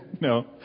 no